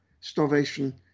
starvation